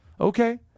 Okay